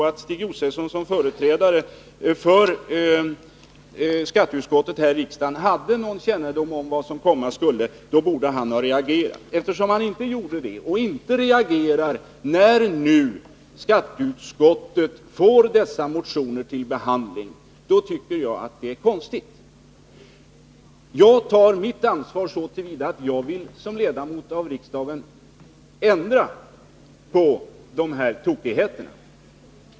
Om Stig Josefson, som företrädare för skatteutskottet här i riksdagen, hade någon kännedom om vad som komma skulle, borde han ha reagerat. När han inte gjorde det och inte reagerar när skatteutskottet nu får dessa motioner till behandling tycker jag att det är konstigt. Jag tar mitt ansvar så till vida att jag som ledamot av riksdagen vill ändra på de här tokigheterna.